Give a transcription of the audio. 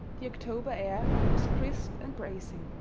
the october air was crisp and bracing,